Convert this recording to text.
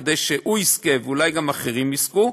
כדי שהוא יזכה ואולי גם אחרים יזכו,